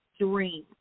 dream